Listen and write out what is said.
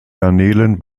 garnelen